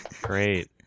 Great